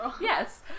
Yes